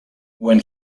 when